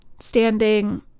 standing